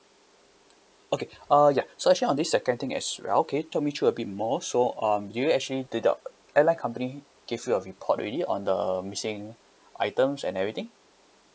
okay uh ya so actually on the second thing as well can you talk me through a bit more so um you actually did the airline company give you a report already on the missing items and everything